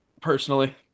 personally